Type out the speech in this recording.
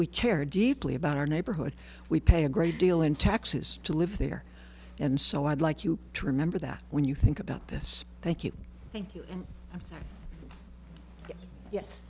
we care deeply about our neighborhood we pay a great deal in taxes to live there and so i'd like you to remember that when you think about this thank you thank you yes